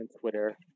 Twitter